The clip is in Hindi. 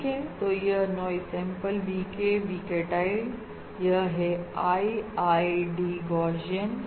ठीक है तो यह नॉइस सैंपल VK VK tiledयह है IID गौशियन